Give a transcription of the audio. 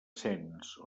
sens